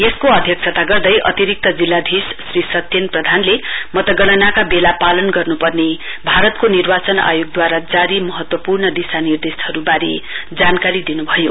यसको अध्यक्षता गर्दै अतिरिक्त जिल्लाधीश श्री सत्येन प्रधानले मतगणनाका बेला पालन गर्नुपर्ने भारतको निर्वाचन आयोगदूवारा जारी महत्वपूर्ण दिशानिर्देशहरु वारे जानकारी दिनुभयो